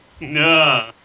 Nah